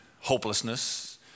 hopelessness